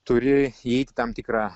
turi tam tikrą